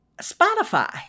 Spotify